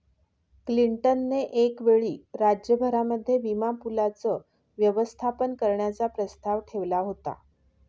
Clinton ने एक वेळी राज्य भरामध्ये विमा पूलाचं व्यवस्थापन करण्याचा प्रस्ताव ठेवला होता